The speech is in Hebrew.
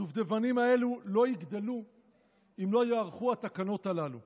הדובדבנים האלו לא יגדלו אם לא ייערכו התקנות הללו.